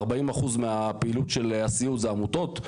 40% מהפעילות של הסיעוד זה עמותות,